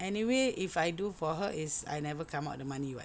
anyway if I do for her it's I never come out the money [what]